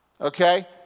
Okay